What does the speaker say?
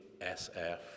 SF